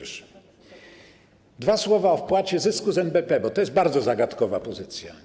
Dwa słowa o wpłacie z zysku NBP, bo to jest bardzo zagadkowa pozycja.